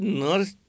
nurse